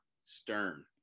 stern